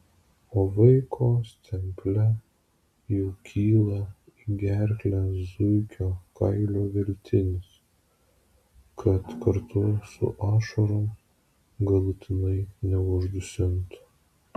o vaiko stemple jau kyla į gerklę zuikio kailio veltinis kad kartu su ašarom galutinai neuždusintų